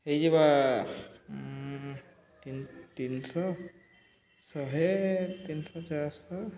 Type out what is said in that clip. ହେଇଯିବା ତିନ୍ ତିନ୍ଶ ଶହେ ତିନ୍ଶହ ଚାର୍ଶହ